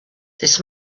this